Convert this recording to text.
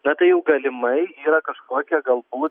na tai jau galimai yra kažkokia galbū